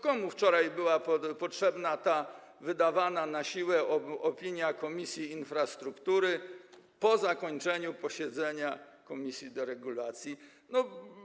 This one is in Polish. Komu wczoraj była potrzebna ta wydawana na siłę opinia Komisji Infrastruktury po zakończeniu posiedzenia komisji deregulacyjnej?